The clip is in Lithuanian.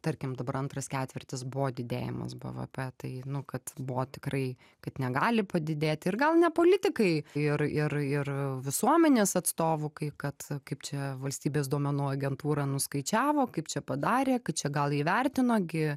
tarkim dabar antras ketvirtis buvo didėjimas bvp tai nu kad buvo tikrai kad negali padidėti ir gal ne politikai ir ir ir visuomenės atstovų kai kad kaip čia valstybės duomenų agentūra nuskaičiavo kaip čia padarė kad čia gal įvertino gi